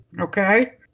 Okay